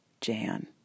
Jan